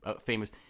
Famous